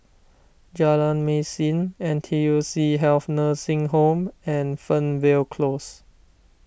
Jalan Mesin N T U C Health Nursing Home and Fernvale Close